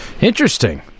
Interesting